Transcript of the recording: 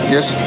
Yes